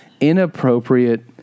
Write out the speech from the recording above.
Inappropriate